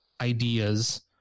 ideas